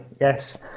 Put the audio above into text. yes